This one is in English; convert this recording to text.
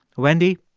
wendy,